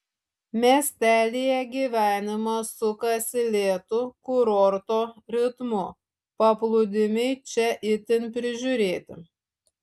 miestelyje gyvenimas sukasi lėtu kurorto ritmu paplūdimiai čia itin prižiūrėti